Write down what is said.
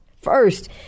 First